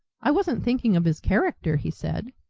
i wasn't thinking of his character, he said.